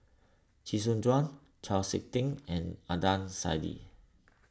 Chee Soon Juan Chau Sik Ting and Adnan Saidi